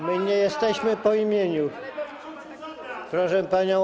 My nie jesteśmy po imieniu, proszę pani.